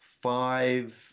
five